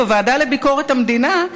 בוועדה לביקורת המדינה,